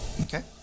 Okay